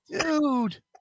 Dude